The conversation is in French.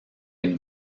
une